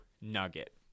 nugget